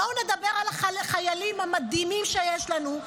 בואו נדבר על החיילים המדהימים שיש לנו,